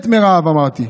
מת מרעב, אמרתי.